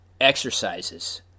exercises